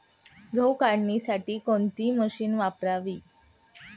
गहू काढण्यासाठी कोणते मशीन वापरावे?